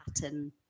pattern